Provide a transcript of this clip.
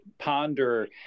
ponder